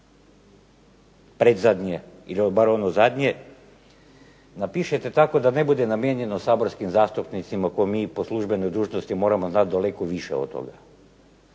predzadnje ili bar ono zadnje, napišete tako da ne bude namijenjeno saborskim zastupnicima koje mi po službenoj dužnosti moramo znati daleko više od toga.